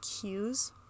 cues